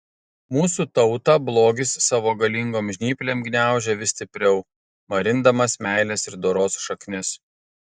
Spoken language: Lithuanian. mūsų tautą blogis savo galingom žnyplėm gniaužia vis stipriau marindamas meilės ir doros šaknis